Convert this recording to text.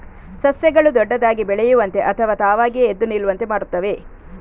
ಸಸ್ಯಗಳು ದೊಡ್ಡದಾಗಿ ಬೆಳೆಯುವಂತೆ ಅಥವಾ ತಾವಾಗಿಯೇ ಎದ್ದು ನಿಲ್ಲುವಂತೆ ಮಾಡುತ್ತವೆ